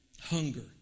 Hunger